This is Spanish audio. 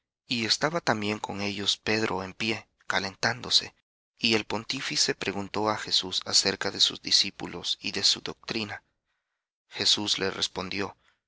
y estaba también con ellos pedro en pie calentándose y el pontífice preguntó á jesús acerca de sus discípulos y de su doctrina jesús le respondió